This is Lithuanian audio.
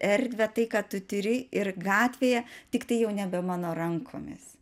erdvę tai ką tu tiri ir gatvėje tiktai jau nebe mano rankomis